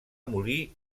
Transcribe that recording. molí